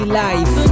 life